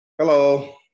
Hello